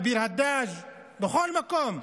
בביר הדאג' בכל מקום.